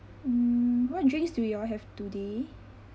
mm what drinks do you all have today